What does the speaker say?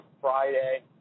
Friday